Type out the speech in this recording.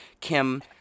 Kim